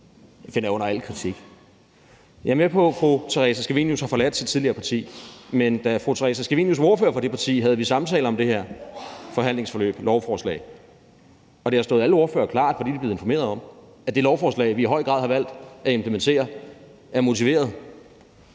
jeg er under al kritik. Jeg er med på, at fru Theresa Scavenius har forladt sit tidligere parti. Men da fru Theresa Scavenius var ordfører for det parti, havde vi samtaler om det her – forhandlingsforløb, lovforslag – og det har stået klart for alle ordførere, for det er de blevet informeret om, at det lovforslag, vi i høj grad har valgt at implementere, er motiveret